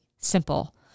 simple